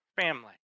family